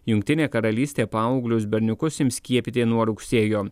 jungtinė karalystė paauglius berniukus ims skiepyti nuo rugsėjo